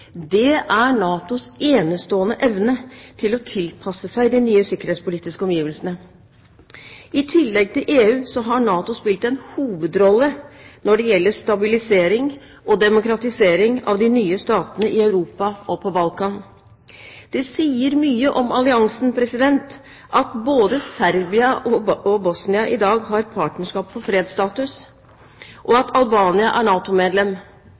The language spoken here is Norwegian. er NATOs enestående evne til å tilpasse seg de nye sikkerhetspolitiske omgivelsene. I tillegg til EU har NATO spilt en hovedrolle når det gjelder stabilisering og demokratisering av de nye statene i Europa og på Balkan. Det sier mye om alliansen at både Serbia og Bosnia i dag har Partnerskap for fred-status, og at Albania er